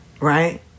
right